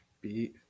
Beat